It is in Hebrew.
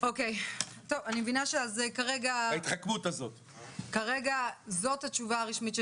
אני מבינה שכרגע זו התשובה הרשמית של